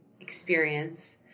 experience